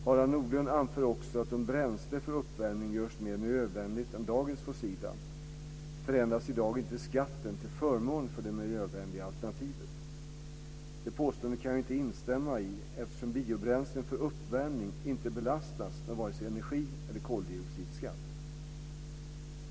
Harald Nordlund anför också att om bränsle för uppvärmning görs mer miljövänligt än dagens fossila, förändras i dag inte skatten till förmån för det miljövänliga alternativet. Det påståendet kan jag inte instämma i eftersom biobränslen för uppvärmning inte belastas med vare sig energi eller koldioxidskatt.